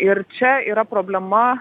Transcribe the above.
ir čia yra problema